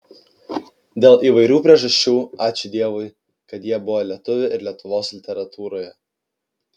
dėl įvairių priežasčių ačiū dievui kad jie buvo lietuvių ir lietuvos literatūroje